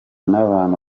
n’abantu